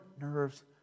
nerves